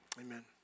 amen